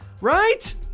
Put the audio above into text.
Right